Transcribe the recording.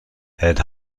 had